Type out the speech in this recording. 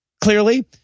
clearly